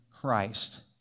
Christ